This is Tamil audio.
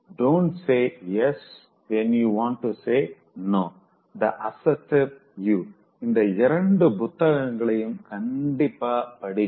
Dont say yes when you want to say no The Assertive You இந்த இரண்டு புத்தகங்களையும் கண்டிப்பா படிங்க